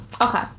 Okay